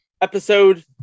Episode